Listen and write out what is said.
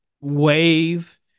wave